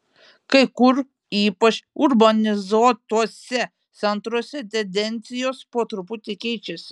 kai kur ypač urbanizuotuose centruose tendencijos po truputį keičiasi